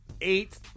Eight